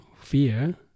fear